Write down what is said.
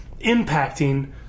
impacting